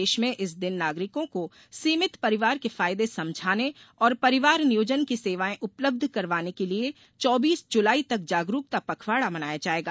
प्रदेश में इस दिन नागरिकों को सीमित परिवार के फायदे समझाने और परिवार नियोजन की सेवाएँ उपलब्ध करवाने के लिये चौबीस जुलाई तक जागरूकता पखवाड़ा मनाया जायेगा